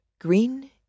green